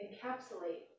encapsulate